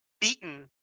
beaten